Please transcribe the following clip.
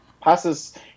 passes